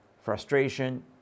frustration